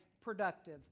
productive